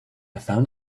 found